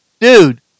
Dude